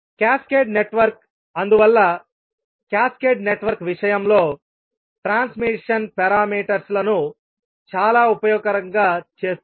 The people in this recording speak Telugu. క్యాస్కేడ్ నెట్వర్క్ అందువల్ల క్యాస్కేడ్ నెట్వర్క్ విషయంలో ట్రాన్స్మిషన్ పారామీటర్స్ లను చాలా ఉపయోగకరంగా చేస్తుంది